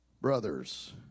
brothers